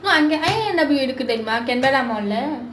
!wah! அங்கே:angae இருக்கு தெரியுமா:irukku theriyumaa canberra mall லே:lae